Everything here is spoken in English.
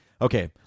Okay